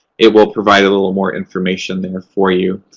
it will provide a little more information there for you.